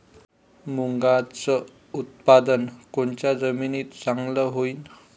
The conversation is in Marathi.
मुंगाचं उत्पादन कोनच्या जमीनीत चांगलं होईन?